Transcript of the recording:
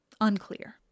Unclear